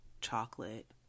chocolate